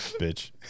bitch